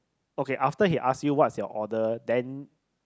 okay after he asked you what's your order then